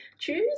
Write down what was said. choose